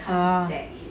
orh